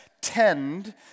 tend